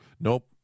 Nope